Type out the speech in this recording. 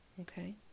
okay